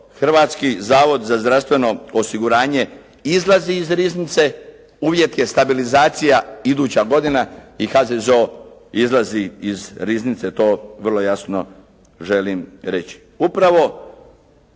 Hrvatski zavod za zdravstveno osiguranje izlazi iz riznice, uvjet je stabilizacija iduća godina i HZZO izlazi iz riznice, to vrlo jasno želim reći.